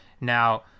Now